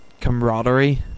camaraderie